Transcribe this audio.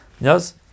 Yes